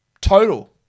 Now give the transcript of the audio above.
total